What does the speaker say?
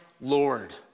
Lord